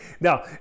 Now